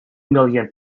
million